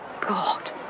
God